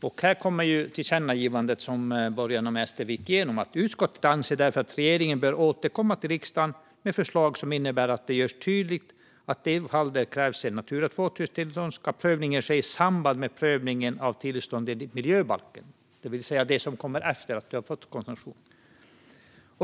I tillkännagivandet från borgarna och SD står det så här: "Utskottet anser därför att regeringen bör återkomma till riksdagen med förslag . som innebär att det görs tydligt att prövningen i de fall det krävs ett Natura 2000-tillstånd ska göras i samband med prövningen av tillstånd enligt miljöbalken." Det vill säga, det som kommer efter att du fått koncession.